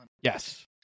Yes